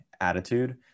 attitude